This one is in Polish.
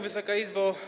Wysoka Izbo!